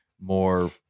more